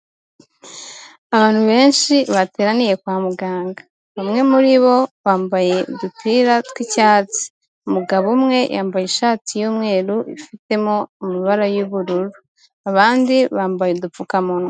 Abantu benshi bateraniye kwa muganga, umwe muri bo bambaye udupira tw'icyatsi, umugabo umwe yambaye ishati y'umweru ifitemo amabara y'ubururu, abandi bambaye udupfukamunwa.